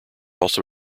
also